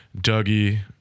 Dougie